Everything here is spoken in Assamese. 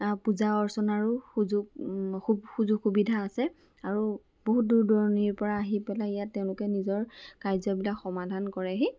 আ পূজা অৰ্চনাৰো সুযোগ সুযোগ সুবিধা আছে আৰু বহুত দূৰ দূৰণিৰ পৰা আহি পেলাই ইয়াত তেওঁলোকে নিজৰ কাৰ্যবিলাক সমাধান কৰেহি